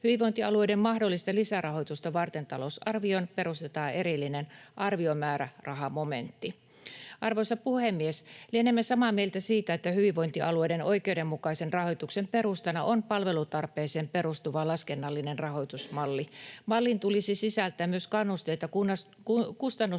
Hyvinvointialueiden mahdollista lisärahoitusta varten talousarvioon perustetaan erillinen arviomäärärahamomentti. Arvoisa puhemies! Lienemme samaa mieltä siitä, että hyvinvointialueiden oikeudenmukaisen rahoituksen perustana on palvelutarpeeseen perustuva laskennallinen rahoitusmalli. Mallin tulisi sisältää myös kannusteita kustannusten